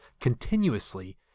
continuously